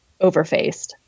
overfaced